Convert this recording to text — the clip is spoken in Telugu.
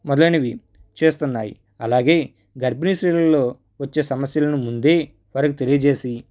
మొదలైనవి చేస్తున్నాయి అలాగే గర్భిణి స్త్రీలలో వచ్చే సమస్యలను ముందే వారికి తెలియజేసి